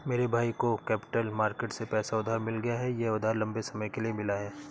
मेरे भाई को कैपिटल मार्केट से पैसा उधार मिल गया यह उधार लम्बे समय के लिए मिला है